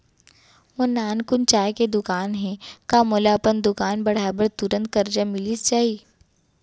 मोर नानकुन चाय के दुकान हे का मोला अपन दुकान बढ़ाये बर तुरंत करजा मिलिस जाही?